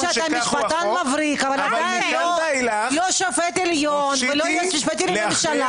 שכך הוא החוק אבל מכאן ואילך אכריע כשיקול דעתה.